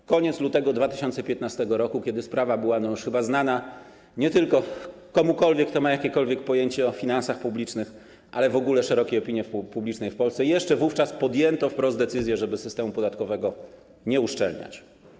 Pod koniec lutego 2015 r., kiedy sprawa była znana już chyba nie tylko komukolwiek, kto ma jakiekolwiek pojęcie o finansach publicznych, ale w ogóle szerokiej opinii publicznej w Polsce, jeszcze wówczas podjęto wprost decyzję, żeby systemu podatkowego nie uszczelniać.